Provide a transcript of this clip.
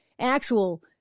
actual